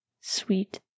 sweet